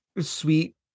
sweet